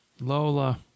Lola